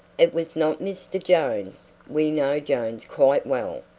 it was not mr. jones. we know jones quite well.